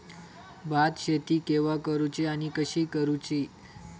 भात शेती केवा करूची आणि कशी करुची?